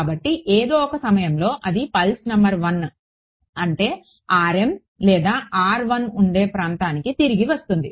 కాబట్టి ఏదో ఒక సమయంలో అది పల్స్ నంబర్ 1 అంటే లేదా ఉండే ప్రాంతానికి తిరిగి వస్తుంది